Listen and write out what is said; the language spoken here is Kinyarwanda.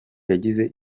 yagize